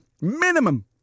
minimum